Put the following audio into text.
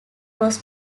cross